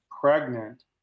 pregnant